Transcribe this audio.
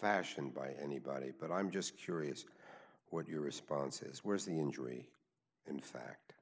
fashioned by anybody but i'm just curious what your responses were is the injury in fact